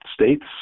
States